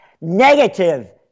negative